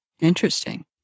Interesting